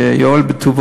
שיואיל בטובו,